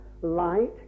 light